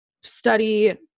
study